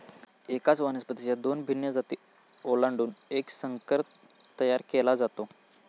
एकाच वनस्पतीच्या दोन भिन्न जाती ओलांडून एक संकर तयार केला जातो